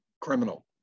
criminal